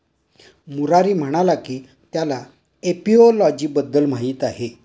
मुरारी म्हणाला की त्याला एपिओलॉजी बद्दल माहीत आहे